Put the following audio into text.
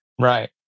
Right